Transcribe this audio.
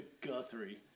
Guthrie